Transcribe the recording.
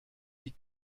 wie